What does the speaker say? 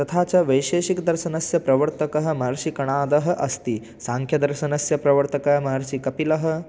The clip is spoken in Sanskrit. तथा च वैशेषिकदर्शनस्य प्रवर्तकः महर्षिकणादः अस्ति साङ्ख्यदर्शनस्य प्रवर्तकः महर्षिकपिलः